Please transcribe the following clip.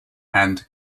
and